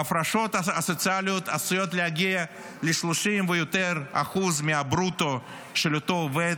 ההפרשות הסוציאליות עשויות להגיע ל-30% ויותר מהברוטו של אותו עובד,